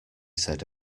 said